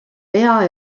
pea